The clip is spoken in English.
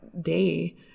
day